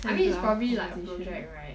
I mean it's probably like a project right